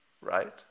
right